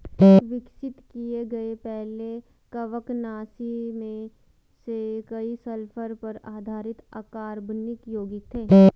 विकसित किए गए पहले कवकनाशी में से कई सल्फर पर आधारित अकार्बनिक यौगिक थे